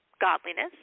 godliness